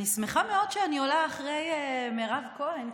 אני שמחה מאוד שאני עולה אחרי מירב כהן,